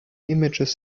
images